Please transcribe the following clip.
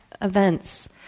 events